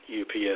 UPS